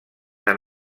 han